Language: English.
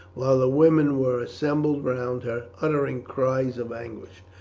while the women were assembled round her uttering cries of anguish.